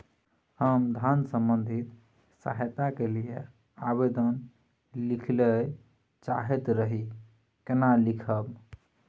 हम धन संबंधी सहायता के लैल आवेदन लिखय ल चाहैत रही केना लिखब?